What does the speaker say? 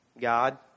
God